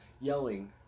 yelling